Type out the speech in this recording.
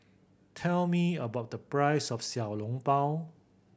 tell me about the price of Xiao Long Bao